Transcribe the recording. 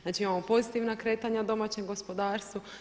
Znači imamo pozitivna kretanja na domaćem gospodarstvu.